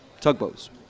tugboats